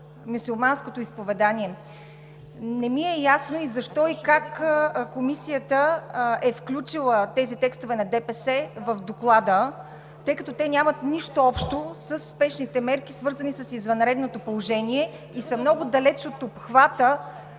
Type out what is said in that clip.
мюсюлманското изповедание. Не ми е ясно защо и как Комисията е включила тези текстове на ДПС в Доклада, тъй като те нямат нищо общо със спешните мерки, свързани с извънредното положение и са много далеч от обхвата,